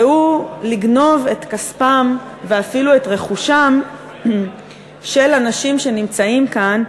והוא לגנוב את כספם ואפילו את רכושם של אנשים שנמצאים כאן,